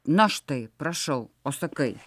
na štai prašau o sakai